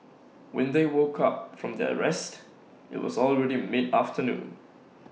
when they woke up from their rest IT was already mid afternoon